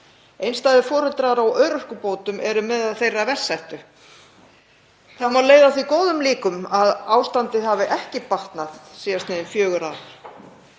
Einstæðir foreldrar á örorkubótum eru meðal þeirra verst settu. Það má leiða að því góðar líkur að ástandið hafi ekki batnað síðastliðin fjögur ár.